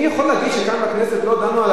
מי יכול להגיד שכאן בכנסת לא דנו על